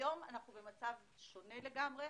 היום אנחנו במצב שונה לגמרי.